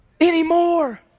anymore